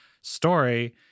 story